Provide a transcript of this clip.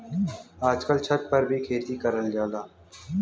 आजकल छत पर भी खेती करल जाला